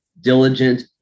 diligent